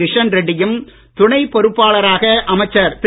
கிஷன்ரெட்டியும் துணை பொருப்பாளராக அமைச்சர் திரு